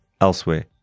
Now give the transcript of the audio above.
elsewhere